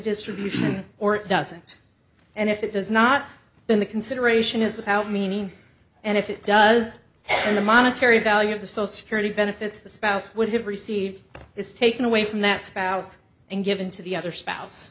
distribution or it doesn't and if it does not then the consideration is without meaning and if it does and the monetary value of the so security benefits the spouse would have received is taken away from that spouse and given to the other spouse